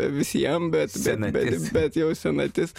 visiem bet bet bet bet jau senatis